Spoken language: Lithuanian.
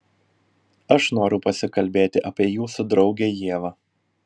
aš noriu pasikalbėti apie jūsų draugę ievą